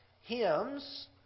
Hymns